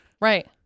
Right